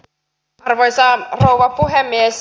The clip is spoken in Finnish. arvoisa rouva puhemies